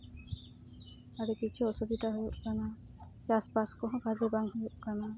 ᱟᱹᱰᱤ ᱠᱤᱪᱷᱩ ᱚᱥᱩᱵᱤᱫᱷᱟ ᱦᱩᱭᱩᱜ ᱠᱟᱱᱟ ᱪᱟᱥᱼᱵᱟᱥ ᱠᱚᱦᱚᱸ ᱵᱷᱟᱜᱮ ᱵᱟᱝ ᱦᱩᱭᱩᱜ ᱠᱟᱱᱟ